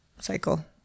cycle